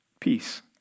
Peace